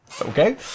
Okay